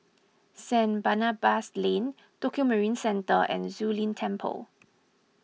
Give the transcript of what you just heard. Saint Barnabas Lane Tokio Marine Centre and Zu Lin Temple